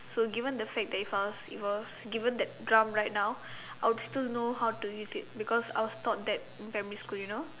so given the fact that if I was if I was given that drum right now I will still know how to use it because I was taught that in primary school you know